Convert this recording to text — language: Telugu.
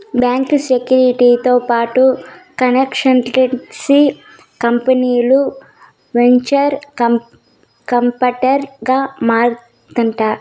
బాంకీ సెక్యూరీలతో పాటు కన్సల్టెన్సీ కంపనీలు వెంచర్ కాపిటల్ గా మారతాండాయి